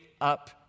up